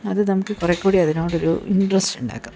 അത് നമുക്ക് കുറേക്കൂടി അതിനോടൊരു ഇൻട്രസ്റ്റ് ഉണ്ടാക്കും